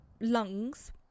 lungs